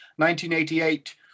1988